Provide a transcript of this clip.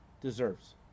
deserves